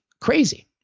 crazy